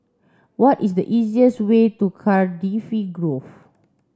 what is the easiest way to Cardifi Grove